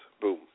Boom